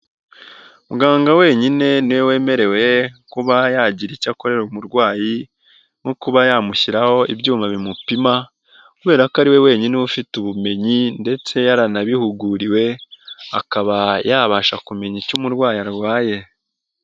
Muganga wenyine niwe wemerewe kuba yagira icyo akorera umurwayi nko kuba yamushyiraho ibyuma bimupima kubera ko ariwe wenyine ufite ubumenyi ndetse yaranabihuguriwe, akaba yabasha kumenya icyo umurwayi arwaye.